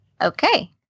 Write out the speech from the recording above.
Okay